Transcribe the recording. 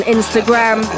Instagram